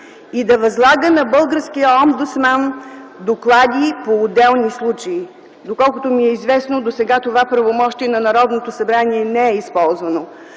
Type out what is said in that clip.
и да възлага на българския омбудсман доклади по отделни случаи. Доколкото ми е известно, досега това правомощие на Народното събрание не е използвано.